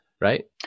right